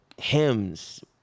hymns